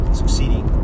succeeding